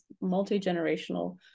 multi-generational